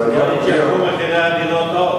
שלא יעלו עוד מחירי הדירות.